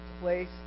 place